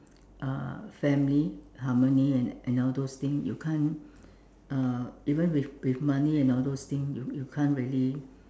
uh family harmony and all those things you can't uh even with with money and all those things you you can't really